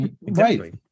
right